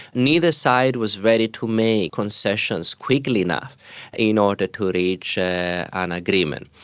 neither side was ready to make concessions quickly enough in order to reach an agreement.